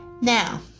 Now